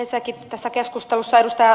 ensinnäkin tässä keskustelussa ed